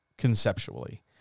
Conceptually